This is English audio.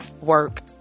work